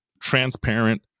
transparent